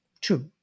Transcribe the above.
true